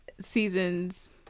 seasons